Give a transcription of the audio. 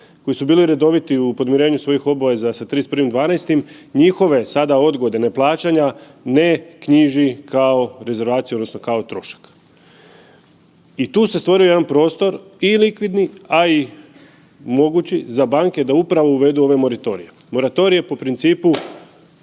koji su bili redoviti u podmirenju svojih obveza sa 31.12., njihove sada odgode ne plaćanja ne knjiži kao rezervaciju odnosno kao trošak. I tu se stvorio jedan prostor i likvidni, a i mogući za banke da upravo uvedu ove moratorije. Moratorije po principu